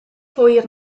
hwyr